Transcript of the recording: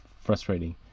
frustrating